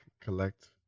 collect